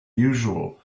usual